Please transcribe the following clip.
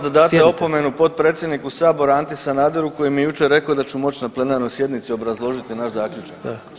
date opomenu potpredsjedniku Sabora Anti Sanaderu koji mi je jučer rekao da ću moći na plenarnoj sjednici moći obrazložiti naš zaključak.